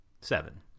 seven